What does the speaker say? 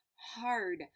hard